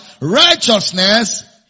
righteousness